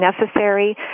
necessary